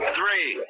three